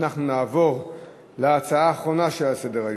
אנחנו נעבור להצעה האחרונה שעל סדר-היום,